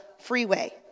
freeway